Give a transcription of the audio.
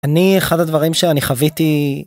אני אחד הדברים שאני חוויתי.